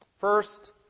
First